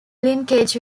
linkage